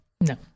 No